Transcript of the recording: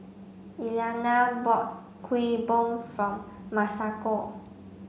Eliana bought Kuih Bom from Masako